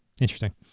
Interesting